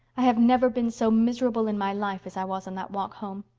i have never been so miserable in my life as i was on that walk home.